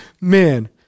man